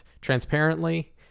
Transparently